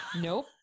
Nope